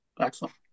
excellent